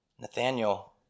Nathaniel